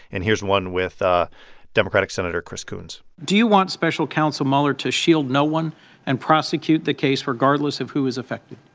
and here's one with ah democratic senator chris coons do you want special counsel mueller to shield no one and prosecute the case regardless of who is affected?